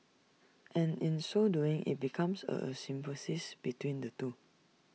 and in so doing IT becomes A a symbiosis between the two